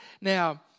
Now